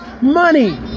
money